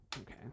Okay